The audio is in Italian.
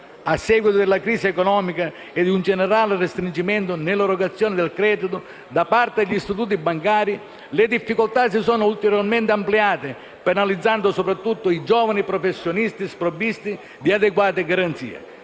A seguito della crisi economica e di un generale restringimento nell'erogazione del credito da parte degli istituti bancari, le difficoltà si sono ulteriormente ampliate, penalizzando soprattutto i giovani professionisti sprovvisti di adeguate garanzie.